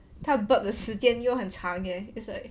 他 burp 的时间有很长 leh it's like